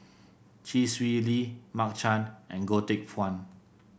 Chee Swee Lee Mark Chan and Goh Teck Phuan